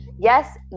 Yes